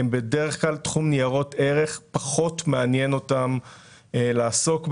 תחום ניירות ערך בדרך כלל פחות מעניין אותם לעסוק בו.